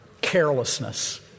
carelessness